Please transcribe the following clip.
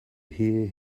hear